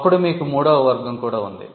అప్పుడు మీకు మూడవ వర్గం ఉంది